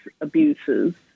abuses